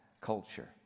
culture